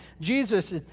Jesus